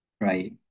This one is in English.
right